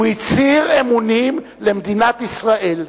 הוא הצהיר אמונים למדינת ישראל.